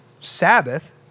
Sabbath